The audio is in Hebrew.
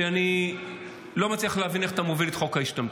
שאני לא מצליח להבין איך אתה מוביל את חוק ההשתמטות.